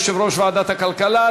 יושב-ראש ועדת הכלכלה,